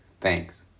Thanks